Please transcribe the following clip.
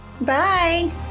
Bye